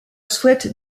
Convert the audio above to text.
souhaite